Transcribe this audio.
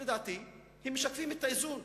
שלדעתי משקפים את האיזון.